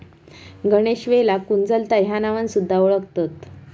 गणेशवेलाक कुंजलता ह्या नावान सुध्दा वोळखतत